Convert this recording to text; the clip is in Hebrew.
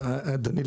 אדוני,